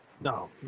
No